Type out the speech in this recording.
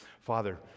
Father